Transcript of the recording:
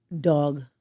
dog